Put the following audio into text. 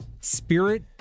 spirit